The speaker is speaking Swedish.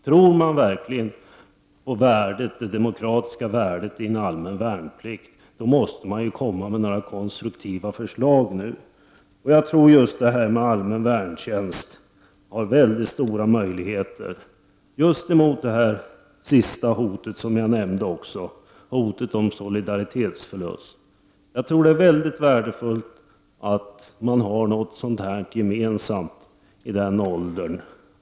Tror man verkligen på det demokratiska värdet i en allmän värnplikt måste man ju komma med några konstruktiva förslag nu. Jag tror att just en allmän värntjänst har mycket stora möjligheter, inte minst mot det hot jag nämnde sist, nämligen hotet om solidaritetsförlust. Jag tror att det är mycket värdefullt att man har någonting gemensamt i den åldern.